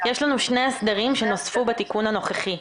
יש לנו שני הסדרים שנוספו בתיקון הנוכחי.